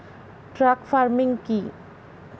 Truck farming কি?